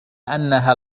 إنها